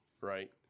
Right